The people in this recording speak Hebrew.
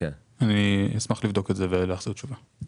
אני אשמח לבדוק את זה ולהחזיר תשובה.